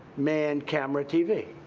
man, camera, tv.